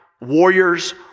warriors